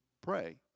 pray